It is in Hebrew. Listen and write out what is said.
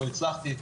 לא הצלחתי,